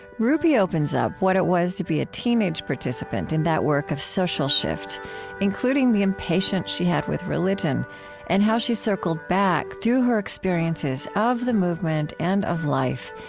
ruby opens up what it was to be a teenage participant in that work of social shift including the impatience she had with religion and how she circled back, through her experiences of the movement and of life,